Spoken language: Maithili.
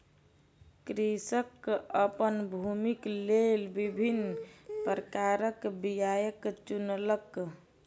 कृषक अपन भूमिक लेल विभिन्न प्रकारक बीयाक चुनलक